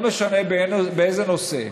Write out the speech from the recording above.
לא משנה באיזה נושא,